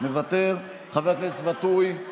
מוותר ; חבר הכנסת ואטורי,